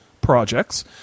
projects